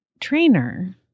trainer